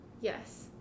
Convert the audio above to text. Yes